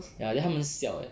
ya then 他们笑 eh